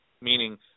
meaning